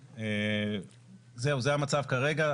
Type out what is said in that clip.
זה המצב כרגע.